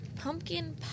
pumpkin